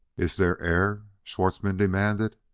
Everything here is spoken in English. iss there air? schwartzmann demanded.